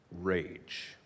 rage